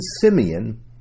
Simeon